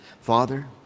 Father